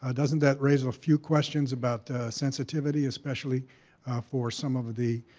ah doesn't that raise a few questions about sensitivity especially for some of the